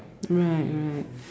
right right